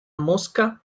mosca